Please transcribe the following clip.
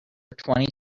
twenty